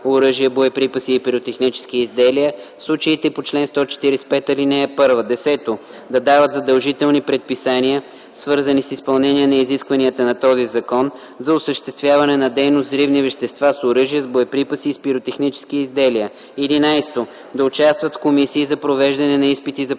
оръжия, боеприпаси и пиротехнически изделия в случаите по чл. 145, ал. 1; 10. да дават задължителни предписания, свързани с изпълнение на изискванията на този закон за осъществяване на дейност с взривни вещества, с оръжия, с боеприпаси и с пиротехнически изделия; 11. да участват в комисии за провеждане на изпити за